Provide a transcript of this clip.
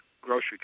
grocery